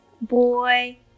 boy